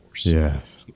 yes